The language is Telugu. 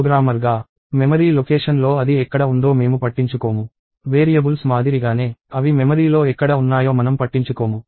ప్రోగ్రామర్గా మెమరీ లొకేషన్లో అది ఎక్కడ ఉందో మేము పట్టించుకోము వేరియబుల్స్ మాదిరిగానే అవి మెమరీలో ఎక్కడ ఉన్నాయో మనం పట్టించుకోము